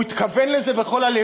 הוא התכוון לזה בכל הלב,